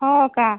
हो का